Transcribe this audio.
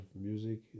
music